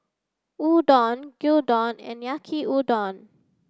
Udon Gyudon and Yaki Udon